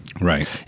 Right